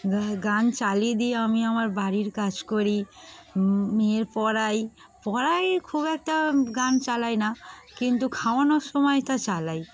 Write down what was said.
গা গান চালিয়ে দিয়ে আমি আমার বাড়ির কাজ করি মেয়ের পড়াই পড়াই খুব একটা গান চালাই না কিন্তু খাওয়ানোর সময়টা চালাই